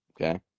Okay